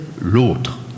l'autre